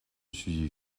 suis